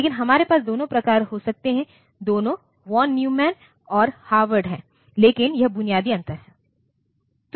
लेकिन हमारे पास दोनों प्रकार हो सकते हैं दोनों वॉन न्यूमैन और हार्वर्ड हैं लेकिन यह बुनियादी अंतर है